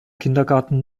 kindergarten